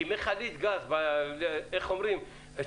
כי איך אומרים,